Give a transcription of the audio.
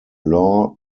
law